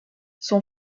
son